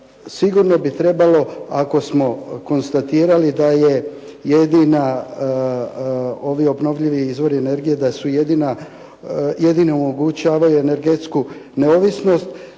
sigurno bi trebalo, ako smo konstatirali da je jedina, ovi obnovljivi izvori energije da su jedina, jedini omogućavaju energetsku neovisnost,